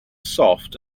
soft